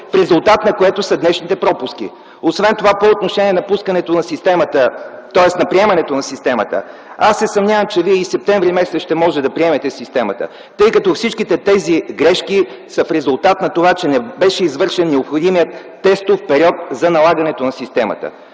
в резултат на което са днешните пропуски. Освен това по отношение на пускането на системата, тоест на приемането на системата, аз се съмнявам, че вие и септември месец ще можете да приемете системата. Тъй като всички тези грешки са в резултат на това, че не беше извършен необходимият тестов период за налагането на системата.